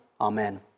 Amen